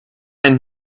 end